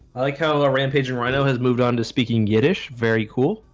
i like how a rampaging rhino has moved on to speaking yiddish very cool